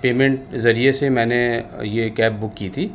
payment ذریعے سے میں نے یہ کیب بک کی تھی